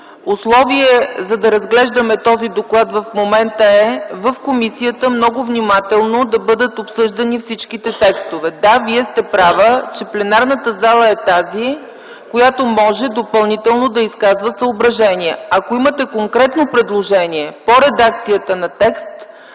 Условие, за да разглеждаме този доклад в момента, е в комисията много внимателно да бъдат обсъждани всички текстове. Да, Вие сте права, че пленарната зала е тази, която може допълнително да изказва съображения. Ако имате конкретно предложение по редакцията на текст,